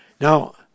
Now